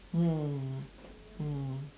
mm mm